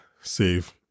save